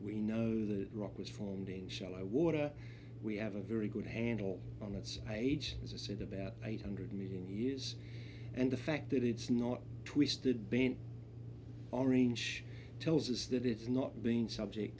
we know that rock was formed in shallow water we have a very good handle on its age is it about eight hundred million years and the fact that it's not twisted bent on range tells us that it's not been subject